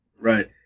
Right